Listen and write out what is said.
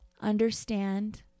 understand